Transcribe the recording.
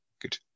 good